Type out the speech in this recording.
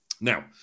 Now